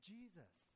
Jesus